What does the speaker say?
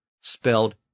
spelled